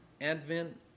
Advent